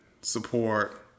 support